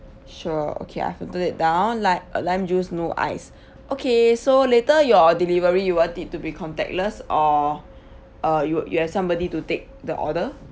sure okay I've noted that down lim~ uh lime juice no ice okay so later your delivery you want it to be contactless or uh you would you have somebody to take the order